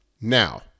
Now